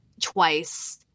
twice